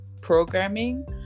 programming